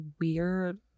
weird